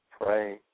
pray